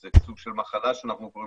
זה סוג של מחלה במירכאות,